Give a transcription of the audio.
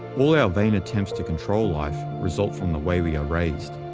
all our vain attempts to control life result from the way we are raised,